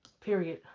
Period